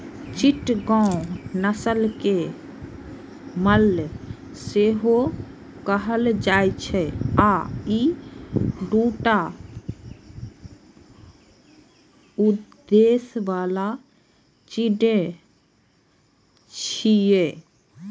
चिटगांव नस्ल कें मलय सेहो कहल जाइ छै आ ई दूटा उद्देश्य बला चिड़ै छियै